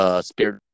spirit